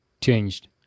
changed